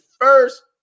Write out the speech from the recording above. first